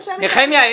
--- נחמיה,